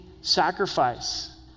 sacrifice